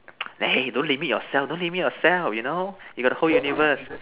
eh don't limit yourself don't limit yourself you know you got the whole universe